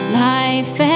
life